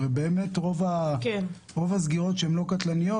הרי רוב הסגירות שאינן קטלניות,